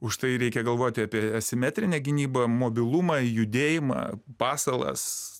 užtai reikia galvoti apie asimetrinę gynybą mobilumą judėjimą pasalas